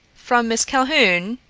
from miss calhoun?